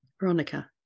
Veronica